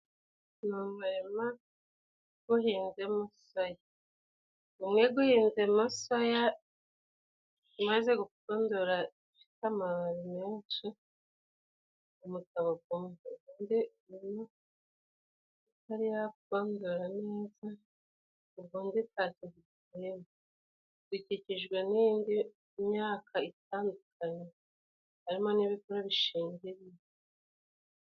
Ni umurima guhinzwemo soya. Gumwe guhinzwemo soya imaze gupfundura, ifite amababi menshi mu mutabo gumwe indi harimo itariyapfundura neza bikikijwe n'iindi myaka itandukanye harimo n'ibiko bishinze.